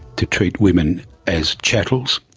to treat women as chattels,